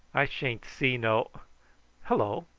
i sha'n't see no hullo!